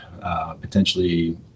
potentially